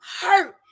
hurt